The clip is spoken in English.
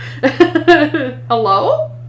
Hello